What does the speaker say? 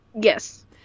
yes